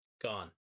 gone